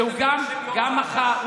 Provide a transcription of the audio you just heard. שגם הוא מחה,